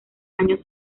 años